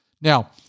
Now